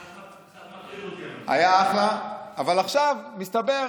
קצת מטריד אותי, היה אחלה, אבל עכשיו, מסתבר,